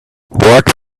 what